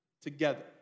together